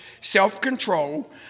self-control